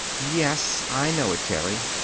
yes, i know it, terry.